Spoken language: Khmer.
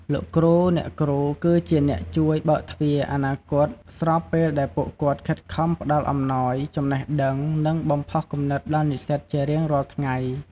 លោកគ្រូ អ្នកគ្រូគឺជាអ្នកជួយបើកទ្វារអនាគត ស្របពេលដែលពួកគាត់ខិតខំផ្តល់អំណោយចំណេះដឹង និងបំផុសគំនិតដល់និស្សិតជារៀងរាល់ថ្ងៃ។